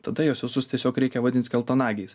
tada juos visus tiesiog reikia vadint skeltanagiais